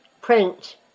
print